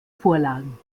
vorlagen